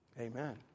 Amen